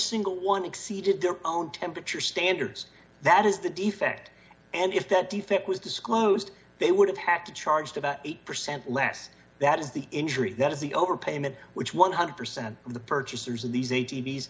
single one exceeded their own temperature standards that is the defect and if that defect was disclosed they would have had to charged about eight percent less that is the injury that is the overpayment which one hundred percent of the purchasers of these a